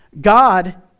God